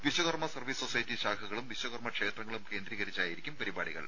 Vishwakarma service society ശാഖകളും വിശ്വകർമ്മ ക്ഷേത്രങ്ങളും കേന്ദ്രീകരിച്ചായിരിക്കും പരിപാടികൾ